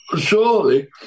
Surely